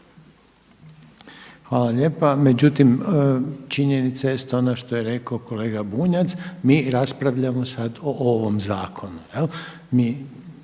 Hvala lijepa. Međutim činjenica jest ono što je rekao kolega Bunjac, mi raspravljamo sada o ovom zakonu.